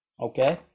Okay